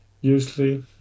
usually